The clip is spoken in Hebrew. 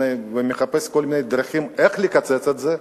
ומחפש כל מיני דרכים איך לקצץ את זה,